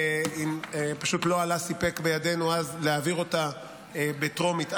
-- ופשוט לא עלה סיפק בידינו אז להעביר אותה בטרומית.